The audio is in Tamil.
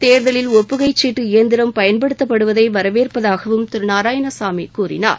தேர்தலில் ஒப்புகை சீட்டு இயந்திரம் பயன்படுத்தப்படுவதை வரவேற்பதாகவும் திரு நாராயணசாமி கூறினார்